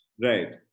Right